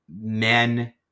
men